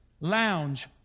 lounge